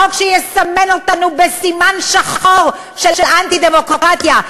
החוק שיסמן אותנו בסימן שחור של אנטי-דמוקרטיה,